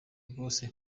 rwose